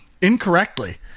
incorrectly